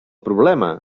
problema